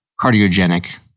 cardiogenic